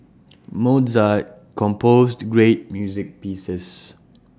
Mozart composed great music pieces